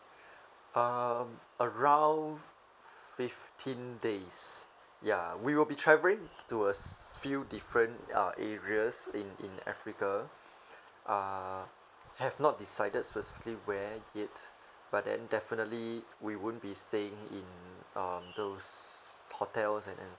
uh around fifteen days ya we will be travelling to a s~ few different uh areas in in africa uh have not decided specifically where yet but then definitely we won't be staying in um those hotels